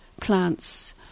plants